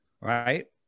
Right